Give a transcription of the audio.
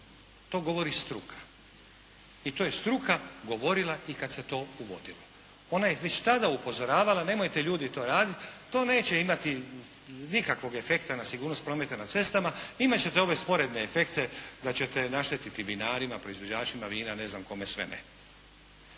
To govori struka i to je struka govorila i kada se to uvodilo. Ona je već tada upozoravala, nemojte ljudi to raditi, to neće imati nikakvog efekta na sigurnost prometa na cestama, imati ćete ove sporedne efekte da ćete naštetiti vinarima, proizvođačima vina, ne znam kome sve ne.